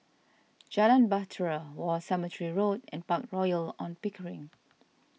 Jalan Bahtera War Cemetery Road and Park Royal on Pickering